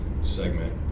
segment